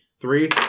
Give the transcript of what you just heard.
Three